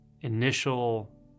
initial